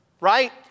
right